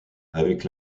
avec